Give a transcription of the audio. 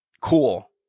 Cool